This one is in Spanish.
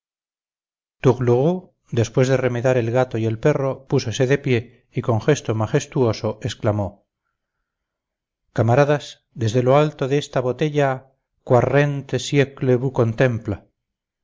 tourlourou después de remedar el gato y el perro púsose de pie y con gesto majestuoso exclamó camaradas desde lo alto de esta